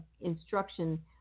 instruction